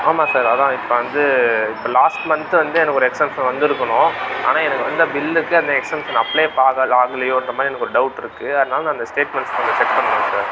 ஆமாம் சார் அதுதான் இப்போ வந்து இப்போ லாஸ்ட் மந்த் வந்து எனக்கு ஒரு எக்ஸம்ஷன் வந்திருக்கணும் ஆனால் எனக்கு வந்த பில்லுக்கு அந்த எக்ஸம்ஷன் அப்ளை ஆக ஆகலையோன்ற மாதிரி எனக்கு ஒரு டவுட் இருக்குது அதனாலே நான் இந்த ஸ்டேட்மெண்ட்ஸ் கொஞ்சம் செக் பண்ணணும் சார்